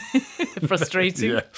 Frustrating